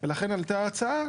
מהנדס הוועדה הזו.